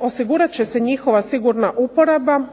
osigurat će se njihova sigurna uporaba,